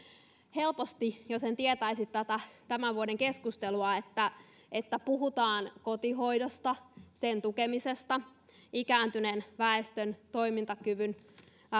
helposti jos en tietäisi tätä tämän vuoden keskustelua että että puhutaan kotihoidosta sen tukemisesta ikääntyneen väestön toimintakyvyn